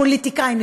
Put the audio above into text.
הפוליטיקאים,